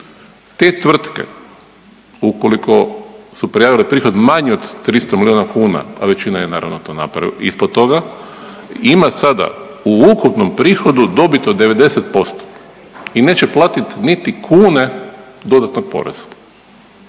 Te tvrtke ukoliko su prijavile prihod manji od 300 milijuna kuna, a većina je naravno ispod toga. Ima sada u ukupnom prihodu dobit od 90% i neće platiti niti kune dodatnog poreza.